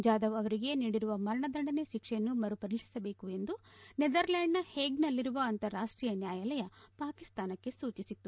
ಜಾಧವ್ ಅವರಿಗೆ ನೀಡಿರುವ ಮರಣದಂಡನೆ ಶಿಕ್ಷೆಯನ್ನು ಮರುಪರಿಶೀಲಿಸಬೇಕು ಎಂದು ನೆದರ್ಲೆಂಡ್ನ ಹೇಗ್ನಲ್ಲಿರುವ ಅಂತಾರಾಷ್ಷೀಯ ನ್ಯಾಯಾಲಯ ಪಾಕಿಸ್ತಾನಕ್ಕೆ ಸೂಚಿಸಿತ್ತು